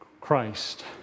Christ